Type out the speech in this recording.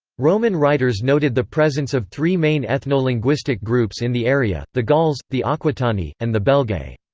roman writers noted the presence of three main ethno-linguistic groups in the area the gauls, the aquitani, and the belgae.